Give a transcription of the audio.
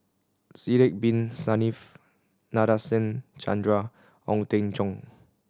Sidek Bin Saniff Nadasen Chandra Ong Teng Cheong